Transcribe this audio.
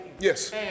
Yes